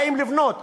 באים לבנות,